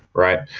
right?